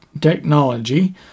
Technology